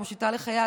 ומושיטה לך יד,